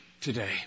today